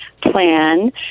plan